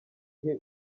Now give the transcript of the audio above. ihe